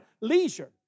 leisure